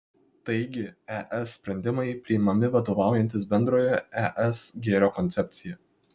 taigi es sprendimai priimami vadovaujantis bendrojo es gėrio koncepcija